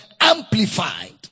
amplified